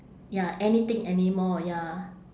ya anything anymore ya